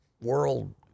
world